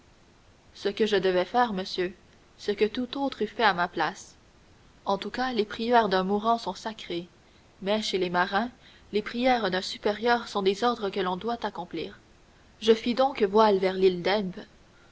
ce que je devais faire monsieur ce que tout autre eût fait à ma place en tout cas les prières d'un mourant sont sacrées mais chez les marins les prières d'un supérieur sont des ordres que l'on doit accomplir je fis donc voile vers l'île d'elbe